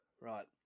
Right